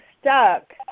stuck